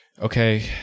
okay